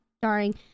starring